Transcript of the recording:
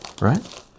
right